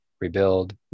rebuild